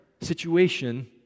situation